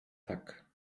tak